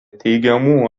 teigiamų